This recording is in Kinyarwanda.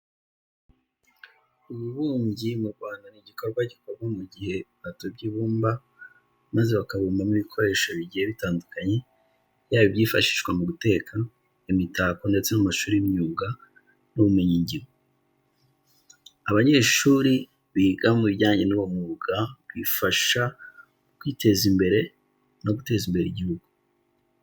Ububumbyi mu Rwanda ni igikorwa gikorwa mu gihe batobye ibumba maze bakabumbamo ibikoresho bigiye bitandukanye yaba ibyifashishwa mu guteka, imitako ndetse no mu mashuri y'imyuga n'ubumenyingiro. Abanyeshuri biga ibijyanye n'uyu mwuga bibafasha mu kwiteza imbere no guteza imbere Igihugu.